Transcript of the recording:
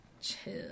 chill